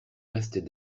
restait